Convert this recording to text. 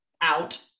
out